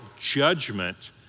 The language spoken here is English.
judgment